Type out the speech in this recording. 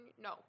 no